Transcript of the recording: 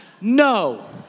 No